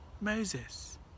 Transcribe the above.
Moses